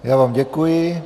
Já vám děkuji.